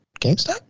GameStop